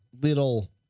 little